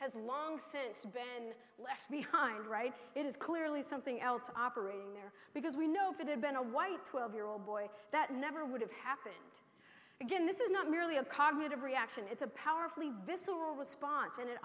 has long since been left behind right it is clearly something else operating there because we know if it had been a white twelve year old boy that never would have happened again this is not merely a cognitive reaction it's a powerfully visceral response and